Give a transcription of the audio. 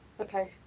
Okay